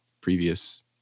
previous